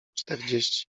czterdzieści